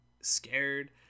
scared